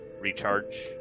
recharge